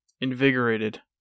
invigorated